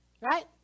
Right